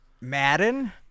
Madden